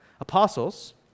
Apostles